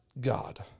God